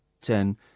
ten